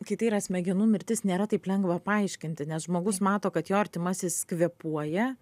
kai tai yra smegenų mirtis nėra taip lengva paaiškinti nes žmogus mato kad jo artimasis kvėpuoja